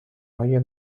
های